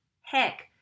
Heck